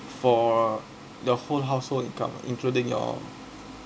for the whole household income including your